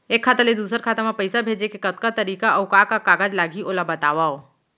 एक खाता ले दूसर खाता मा पइसा भेजे के कतका तरीका अऊ का का कागज लागही ओला बतावव?